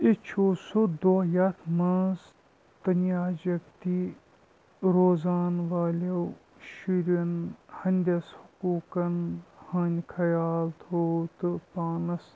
یہِ چھُ سُہ دۄہ یَتھ منٛز تنیاج یکتی روزَان والٮ۪و شُرٮ۪ن ہٕنٛدِس حقوٗقَن ہٕنٛدۍ خیال تھوٚو تہٕ پانَس